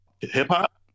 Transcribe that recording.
Hip-hop